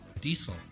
diesel